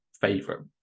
favorite